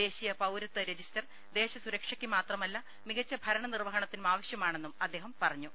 ദേശീയ പൌരത്വ രജിസ്റ്റർ ദേശസുരക്ഷയ്ക്ക് മാത്രമല്ല മികച്ച ഭരണനിർവ്വഹണത്തിനും ആവശ്യമാണെന്നും അദ്ദേഹം പറഞ്ഞു